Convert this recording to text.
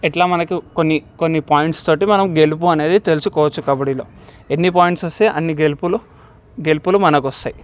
ఇట్లా మనకి కొన్ని కొన్ని పాయింట్స్ తోటి మనం గెలుపు అనేది తెలుసుకోవచ్చు కబడ్డీలో ఎన్ని పాయింట్స్ వస్తే అన్ని గెలుపులు గెలుపులు మనకు వస్తయి